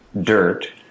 dirt